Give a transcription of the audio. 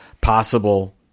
possible